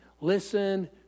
listen